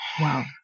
Wow